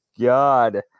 god